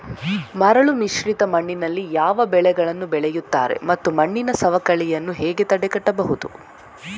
ಮರಳುಮಿಶ್ರಿತ ಮಣ್ಣಿನಲ್ಲಿ ಯಾವ ಬೆಳೆಗಳನ್ನು ಬೆಳೆಯುತ್ತಾರೆ ಮತ್ತು ಮಣ್ಣಿನ ಸವಕಳಿಯನ್ನು ಹೇಗೆ ತಡೆಗಟ್ಟಬಹುದು?